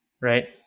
right